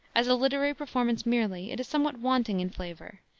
as a literary performance merely, it is somewhat wanting in flavor,